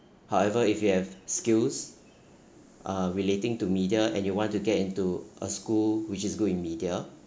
however if you have skills uh relating to media and you want to get into a school which is good in media